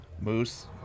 Moose